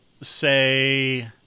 say